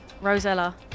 Rosella